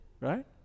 right